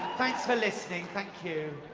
thanks for listening. thank you.